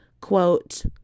Quote